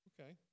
Okay